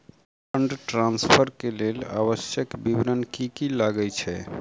Fund transfer केँ लेल आवश्यक विवरण की की लागै छै?